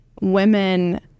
women